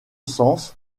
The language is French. sens